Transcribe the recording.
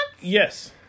Yes